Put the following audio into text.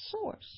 source